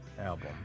album